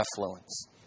affluence